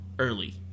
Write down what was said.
early